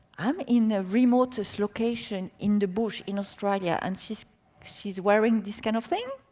i'm in the remotest location in the bush in australia, and she's she's wearing this kind of thing?